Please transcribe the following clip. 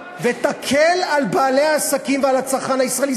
ותקל על בעלי עסקים ועל הצרכן הישראלי.